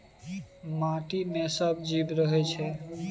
माटि मे सब जीब रहय छै